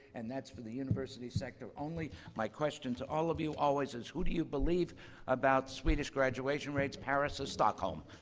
and that's for the university sector only. my question to all of you always is, who do you believe about swedish graduation rates? paris or stockholm?